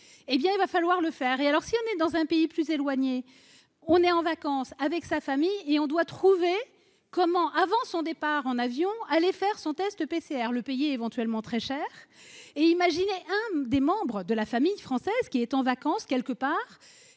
hé bien il va falloir le faire et alors si on est dans un pays plus éloignés, on est en vacances avec sa famille et on doit trouver comment avant son départ en avion aller faire son test PCR le payer éventuellement très cher et imaginez un des membres de la famille française qui est en vacances quelque part